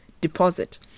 deposit